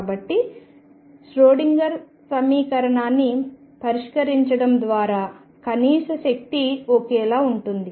కాబట్టి ష్రోడింగర్ సమీకరణాన్ని పరిష్కరించడం ద్వారా కనీస శక్తి ఒకేలా ఉంటుంది